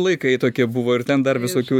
laikai tokie buvo ir ten dar visokių